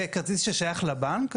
זה כרטיס ששייך לבנק,